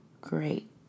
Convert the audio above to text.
great